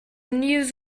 news